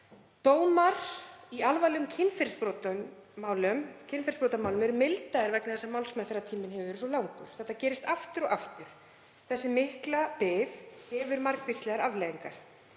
Dómar í alvarlegum kynferðisbrotum eru mildaðir vegna þess að málsmeðferðartíminn hefur verið svo langur. Þetta gerist aftur og aftur. Þessi mikla bið hefur margvíslegar afleiðingar.